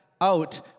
Out